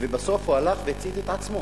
ובסוף הוא הלך והצית את עצמו.